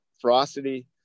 ferocity